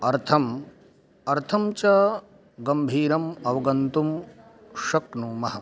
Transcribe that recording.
अर्थम् अर्थं च गम्भीरम् अवगन्तुं शक्नुमः